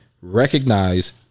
Recognize